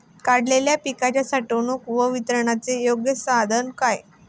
काढलेल्या पिकाच्या साठवणूक व वितरणाचे योग्य साधन काय?